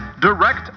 direct